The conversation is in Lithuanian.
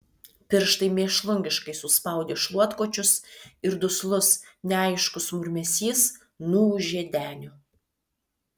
pirštai mėšlungiškai suspaudė šluotkočius ir duslus neaiškus murmesys nuūžė deniu